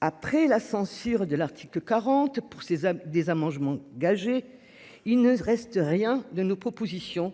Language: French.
Après la censure de l'article 40 pour ses à des arrangements. Il ne reste rien de nos propositions